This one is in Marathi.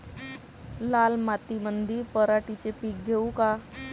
लाल मातीमंदी पराटीचे पीक घेऊ का?